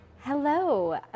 Hello